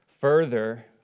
Further